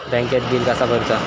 बँकेत बिल कसा भरुचा?